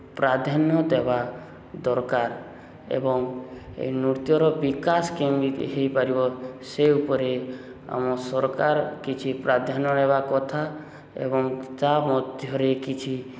ପ୍ରାଧାନ୍ୟ ଦେବା ଦରକାର ଏବଂ ଏ ନୃତ୍ୟର ବିକାଶ କେମିତି ହୋଇପାରିବ ସେ ଉପରେ ଆମ ସରକାର କିଛି ପ୍ରାଧାନ୍ୟ ନେବା କଥା ଏବଂ ତା'ମଧ୍ୟରେ କିଛି